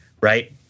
right